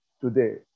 today